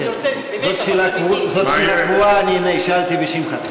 זאת שאלה קבועה, והנה, שאלתי בשמך.